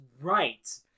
right